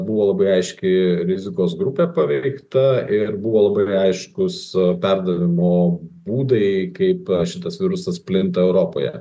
buvo labai aiški rizikos grupė paveikta ir buvo labai aiškūs perdavimo būdai kaip šitas virusas plinta europoje